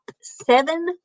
seven